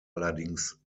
allerdings